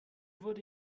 wurde